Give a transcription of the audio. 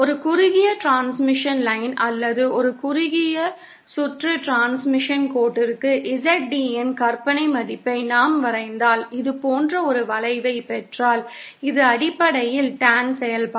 ஒரு குறுகிய transmission line அல்லது ஒரு குறுகிய சுற்று டிரான்ஸ்மிஷன் கோட்டிற்கு ZD இன் கற்பனை மதிப்பை நாம் வரைந்தால் இது போன்ற ஒரு வளைவைப் பெற்றால் இது அடிப்படையில் டேன் செயல்பாடு